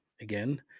Again